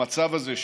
במצב הזה,